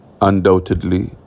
Undoubtedly